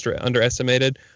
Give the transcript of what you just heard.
underestimated